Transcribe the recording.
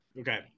Okay